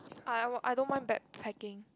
I I don't mind backpacking